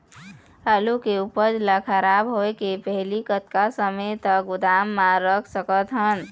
आलू के उपज ला खराब होय के पहली कतका समय तक गोदाम म रख सकत हन?